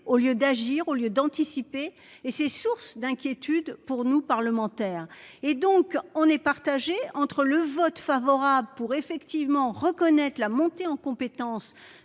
au lieu d'agir au lieu d'anticiper et c'est source d'inquiétude pour nous, parlementaires et donc on est partagé entre le vote favorable pour effectivement reconnaître la montée en compétence